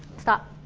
stop